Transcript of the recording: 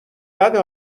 بده